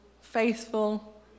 faithful